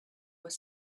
were